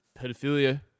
Pedophilia